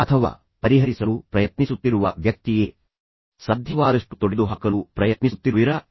ಅಥವಾ ನೀವು ಸಂಘರ್ಷಗಳನ್ನು ಪರಿಹರಿಸಲು ಪ್ರಯತ್ನಿಸುತ್ತಿರುವ ವ್ಯಕ್ತಿಯ ಭಾಗವಾಗಿದ್ದೀರಾ ಸಾಧ್ಯವಾದಷ್ಟು ಅದನ್ನು ತೊಡೆದುಹಾಕಲು ಪ್ರಯತ್ನಿಸುತ್ತಿರುವಿರಾ